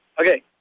Okay